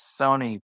Sony